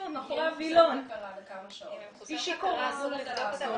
אסור לבדוק אותה,